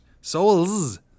Souls